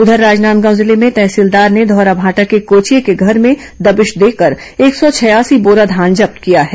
उधर राजनांदगांव जिले में तहसीलदार ने धौराभाटा के कोचियें के घर में दबिश देकर एक सौ छियासी बोरा धान जब्त किया है